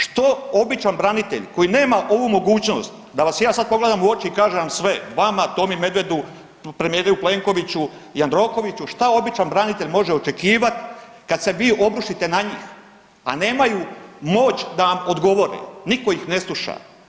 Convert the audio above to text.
Što običan branitelj koji nema ovu mogućnost, da vas ja sad pogledam u oči i kažem vam sve, vama, Tomi Medvedu, premijeru Plenkoviću i Jandrokoviću, šta običan branitelj može očekivat kad se vi obrušite na njih, a nemaju moć da vam odgovore, niko ih ne sluša.